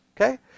Okay